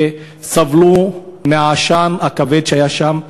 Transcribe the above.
וסבלו מהעשן הכבד שהיה שם.